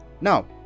Now